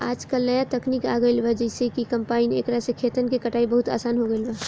आजकल न्या तकनीक आ गईल बा जेइसे कि कंपाइन एकरा से खेतन के कटाई बहुत आसान हो गईल बा